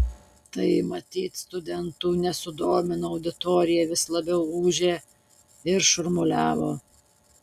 tai matyt studentų nesudomino auditorija vis labiau ūžė ir šurmuliavo